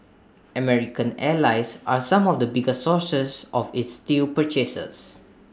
American allies are some of the biggest sources of its steel purchases